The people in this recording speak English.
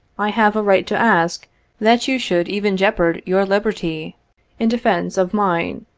i have a right to ask that you should even jeopard your liberty in defence of mine,